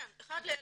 כן, אחד לאלף.